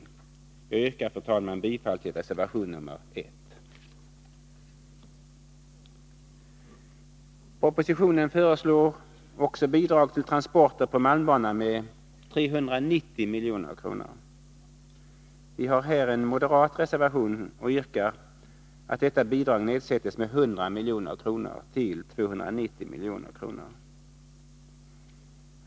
Jag yrkar, fru talman, bifall till reservation nr 1; Propositionen föreslår också bidrag till transporter på malmbanan med 390 milj.kr. Vi har här en moderat reservation och yrkar att detta bidrag nedsätts med 100 milj.kr. till 290 milj.kr.